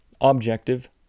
objective